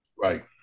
Right